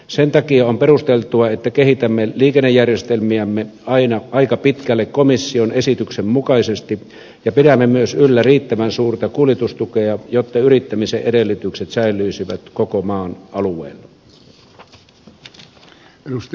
sen takia on perusteltua että kehitämme liikennejärjestelmiämme aina aika pitkälle komission esityksen mukaisesti ja pidämme myös yllä riittävän suurta kuljetustukea jotta yrittämisen edellytykset säilyisivät koko maan alueella